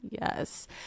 Yes